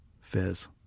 fizz